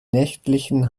nächtlichen